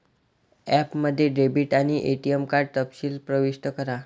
ॲपमध्ये डेबिट आणि ATM card तपशील प्रविष्ट करा